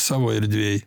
savo erdvėj